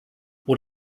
oder